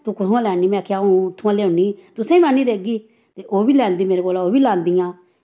तूं कुत्थुआं लैन्नी में आखेआ अऊं उत्थुआं लेऔनी तुसें आनी देह्गी ते ओह् बी लैंदी मेरे कोला ओह् बी लांदियां